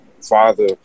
father